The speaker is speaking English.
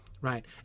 right